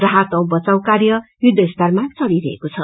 राहत औ बचाउ कार्य युद्ध स्तरामा चलिरहेको छ